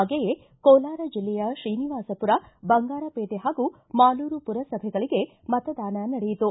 ಹಾಗೆಯೇ ಕೋಲಾರ ಜಿಲ್ಲೆಯ ಶ್ರೀನಿವಾಸಪುರ ಬಂಗಾರಪೇಟೆ ಹಾಗೂ ಮಾಲೂರು ಪುರಸಭೆಗಳಿಗೆ ಮತದಾನ ನಡೆಯಿತು